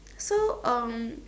so um